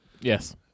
Yes